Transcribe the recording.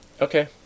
Okay